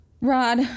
Rod